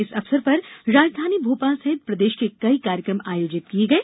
इस अवसर पर राजधानी भोपाल सहित प्रदेश में कई कार्यक्रम आयोजित किये गये